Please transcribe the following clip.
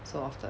so often